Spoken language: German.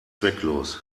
zwecklos